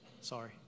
Sorry